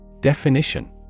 Definition